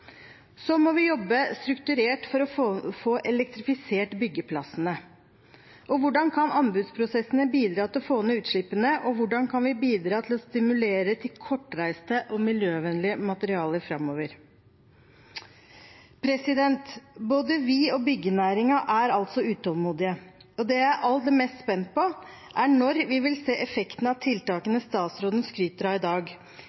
må også jobbe strukturert for å få elektrifisert byggeplassene. Hvordan kan anbudsprosessene bidra til å få ned utslippene, og hvordan kan vi bidra til å stimulere til kortreiste og miljøvennlige materialer framover? Både vi og byggenæringen er utålmodige. Det jeg er aller mest spent på, er når vi vil se effekten av tiltakene statsråden skryter av i dag.